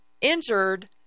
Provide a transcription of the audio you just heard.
injured